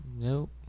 Nope